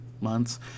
months